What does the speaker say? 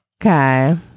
Okay